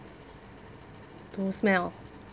to smell